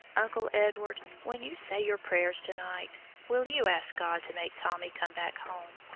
uncle edward, when you say your prayers to-night, will you ask god to make tommy come back home?